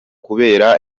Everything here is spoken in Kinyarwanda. kubera